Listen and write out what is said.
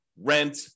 rent